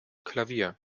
klavier